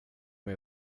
med